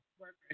workers